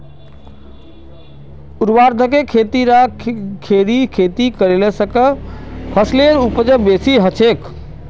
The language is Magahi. ऊर्ध्वाधर खेती या खड़ी खेती करले स फसलेर उपज बेसी हछेक